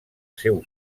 seu